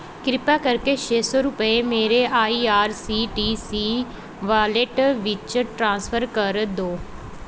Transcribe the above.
ਕਿਰਪਾ ਕਰਕੇ ਛੇ ਸੌ ਰੁਪਏ ਮੇਰੇ I R C T C wallet ਵਿੱਚ ਟ੍ਰਾਂਸਫਰ ਕਰ ਦਿਉ